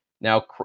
now